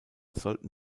sollten